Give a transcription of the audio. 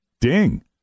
Ding